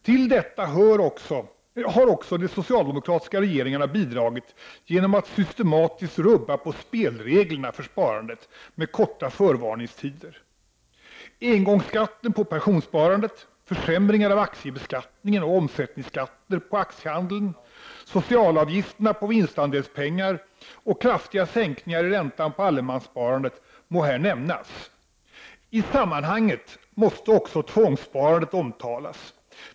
Till detta har också de socialdemokratiska regeringarna bidragit genom att systematiskt rubba på spelreglerna för sparandet med korta förvarningstider: engångsskatten på pensionssparandet, försämringar av aktiebeskattningen och om sättningsskatten på aktiehandeln, socialavgifterna på vinstandelspengar och kraftiga sänkningar i räntan på allemanssparandet må här nämnas. I sammanhanget måste också tvångsparandet omtalas.